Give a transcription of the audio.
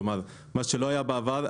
כלומר מה שלא היה בעבר,